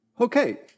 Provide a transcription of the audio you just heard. Okay